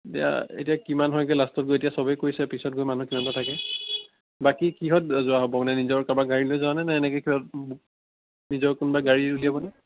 দিয়া এতিয়া কিমান হয়গৈ লাষ্টত গৈ এতিয়া চবেই কৈছে পিছত গৈ মানুহ কিমান বা থাকে বাকী কিহত যোৱা হ'ব মানে নিজৰ কাবাৰ গাড়ী লৈ যোৱানে নে এনেকৈ নিজৰ কোনোবাই গাড়ী উলিয়াবনে